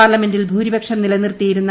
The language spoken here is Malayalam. പാർലമെന്റിൽ ഭൂരിപക്ഷം നില നിർത്തിയിരുന്നു